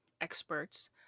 experts